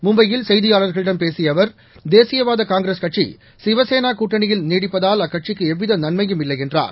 மும்பையில் செய்தியாளர்களிடம் பேசிய அவர் தேசியவாத காங்கிரஸ்கட்சி சிவசேனா கூட்டணியில் நீடிப்பதால் அக்கட்சிக்கு எவ்வித நன்மையும் இல்லை என்றார்